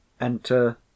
Enter